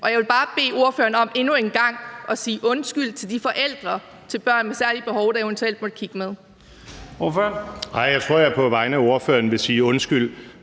Jeg vil bare bede ordføreren om endnu en gang at sige undskyld til de forældre til børn med særlige behov, der eventuelt måtte kigge med. Kl. 20:29 Første næstformand (Leif Lahn Jensen): Ordføreren. Kl.